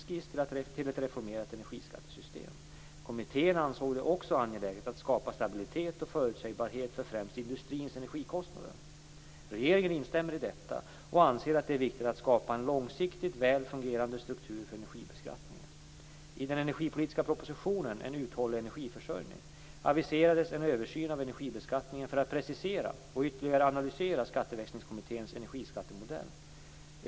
Kommittén ansåg det också angeläget att skapa stabilitet och förutsägbarhet för främst industrins energikostnader. Regeringen instämmer i detta och anser att det är viktigt att skapa en långsiktigt väl fungerande struktur för energibeskattningen. I den energipolitiska propositionen En uthållig energiförsörjning aviserades en översyn av energibeskattningen för att precisera och ytterligare analysera Skatteväxlingskommitténs energiskattemodell.